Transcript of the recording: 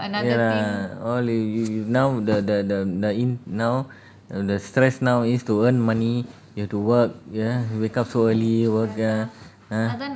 ya lah all the y~ you now the the the the in now t~ the stress now is to earn money you have to work ya wake up so early work ya !huh!